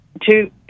two